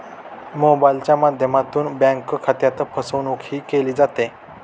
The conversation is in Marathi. मोबाइलच्या माध्यमातून बँक खात्यात फसवणूकही केली जाते